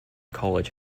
college